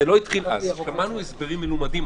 שמענו הסברים מלומדים,